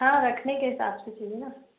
हाँ रखने के हिसाब से चाहिए ना